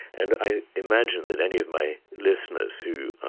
and i imagine that any of my listeners who are